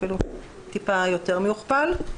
אפילו טיפה יותר מאשר הוכפל.